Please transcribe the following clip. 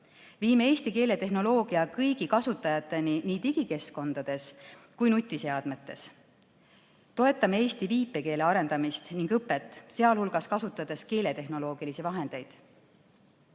Viime Eesti keeletehnoloogia kõigi kasutajateni nii digikeskkondades kui ka nutiseadmetes. Toetame eesti viipekeele arendamist ning õpet, sealhulgas kasutades keeletehnoloogilisi vahendeid.